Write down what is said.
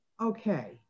okay